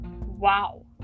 wow